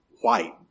white